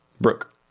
Brooke